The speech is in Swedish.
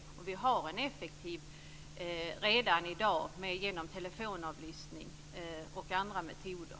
Vi har redan i dag ett effektivt system med telefonavlyssning och andra metoder.